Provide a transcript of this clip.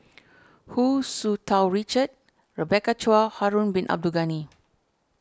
Hu Tsu Tau Richard Rebecca Chua Harun Bin Abdul Ghani